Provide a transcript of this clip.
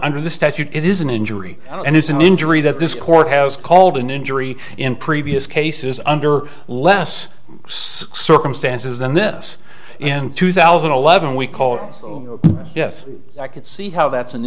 under the statute it is an injury and it's an injury that this court has called an injury in previous cases under less circumstances than this in two thousand and eleven we call yes i could see how that's an